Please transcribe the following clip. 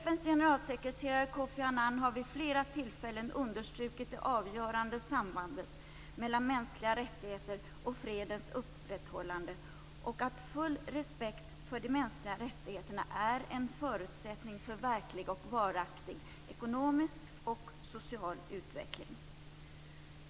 FN:s generalsekreterare Kofi Annan har vid flera tillfällen understrukit det avgörande sambandet mellan mänskliga rättigheter och fredens upprätthållande och att full respekt för de mänskliga rättigheterna är en förutsättning för verklig och varaktig ekonomisk och social utveckling.